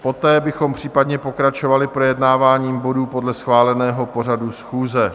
Poté bychom případně pokračovali projednáváním bodů podle schváleného pořadu schůze.